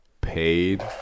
paid